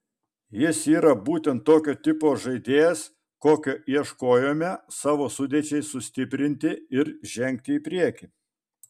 jis yra būtent tokio tipo žaidėjas kokio ieškojome savo sudėčiai sustiprinti ir žengti į priekį